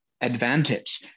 advantage